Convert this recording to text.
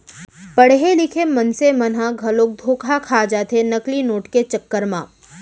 पड़हे लिखे मनसे मन ह घलोक धोखा खा जाथे नकली नोट के चक्कर म